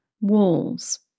walls